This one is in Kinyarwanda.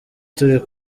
turi